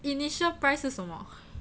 initial price 是什么